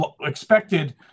expected –